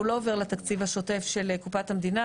הוא לא עובר לתקציב השוטף של קופת המדינה,